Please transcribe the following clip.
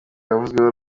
yavuzweho